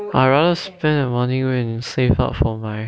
I rather spend the money and save up for my